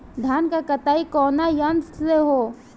धान क कटाई कउना यंत्र से हो?